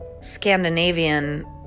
Scandinavian